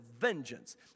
vengeance